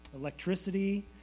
electricity